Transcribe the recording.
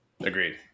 Agreed